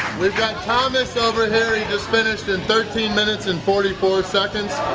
we've got thomas over here he just finished in thirteen minutes and forty four seconds